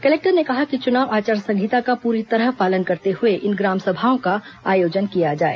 collector ने कहा कि चुनाव आचार संहिता का पूरी तरह पालन करते हुए इन ग्राम सभाओं का आयोजन किया जाए